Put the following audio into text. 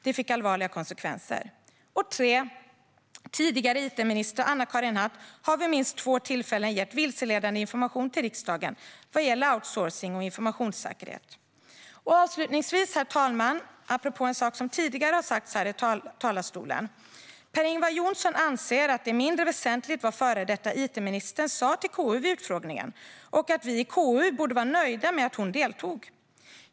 Det fick allvarliga konsekvenser. Tidigare it-minister Anna-Karin Hatt har vid minst två tillfällen gett vilseledande information till riksdagen vad gäller outsourcing och informationssäkerhet. Gransknings-betänkande Vissa frågor rörande Transportstyrelsens outsourcing m.m. Herr talman! Avslutningsvis ska jag säga något apropå en sak som tidigare har sagts här i talarstolen. Per-Ingvar Johnsson anser att det är mindre väsentligt vad före detta it-ministern sa till KU vid utfrågningen och att vi i KU borde vara nöjda med att hon deltog.